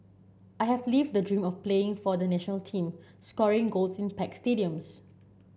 I have lived the dream of playing for the national team scoring goals in packed stadiums